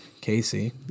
Casey